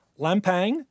Lampang